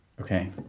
Okay